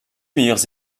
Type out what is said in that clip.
meilleures